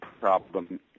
problem